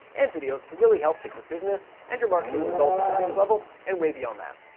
and videos to really help take your business and your marketing results to the next level and way beyond that.